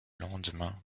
lendemain